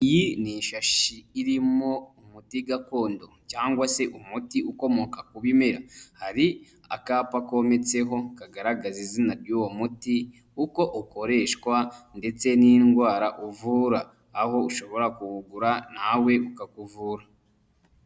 Iyi n'ishahi irimo umuti gakondo cyangwa se umuti ukomoka ku bimera hari akapa kometseho kagaragaza izina ry'uwo muti uko ukoreshwa ndetse n'indwara uvura aho ushobora kuwugura nawe ukakuvura.